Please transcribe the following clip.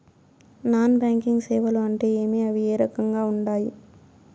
non banking సేవలు అంటే ఏమి అవి ఏ రకంగా ఉండాయి